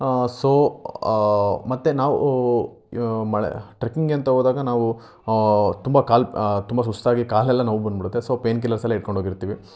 so ಮತ್ತು ನಾವು ಇವಾಗ ಮಳೆ ಟ್ರೆಕ್ಕಿಂಗ್ಗೆ ಅಂತ ಹೋದಾಗ ನಾವು ತುಂಬ ಕಾಲು ತುಂಬ ಸುಸ್ತಾಗಿ ಕಾಲೆಲ್ಲ ನೋವು ಬಂದ್ಬಿಡತ್ತೆ ಸೊ ಪೇಯ್ನ್ ಕಿಲ್ಲರ್ಸೆಲ್ಲ ಇಟ್ಕೊಂಡು ಹೋಗಿರ್ತೀವಿ